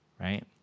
Right